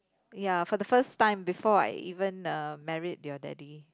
ya for the first time before I even uh married your daddy